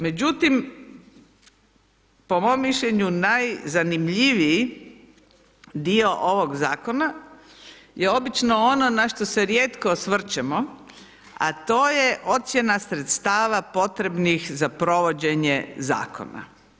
Međutim, po mom mišljenju, najzanimljiviji dio ovo g zakona je obično ono na što se rijetko osvrćemo, a to je ocjena sredstava potrebnih za provođenje zakona.